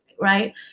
right